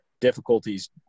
difficulties